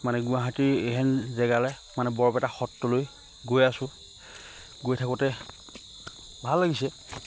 মানে গুৱাহাটীৰ এইহেন জেগালৈ মানে বৰপেটা সত্ৰলৈ গৈ আছোঁ গৈ থাকোঁতে ভাল লাগিছে